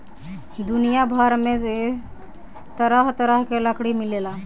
दुनिया भर में तरह तरह के लकड़ी मिलेला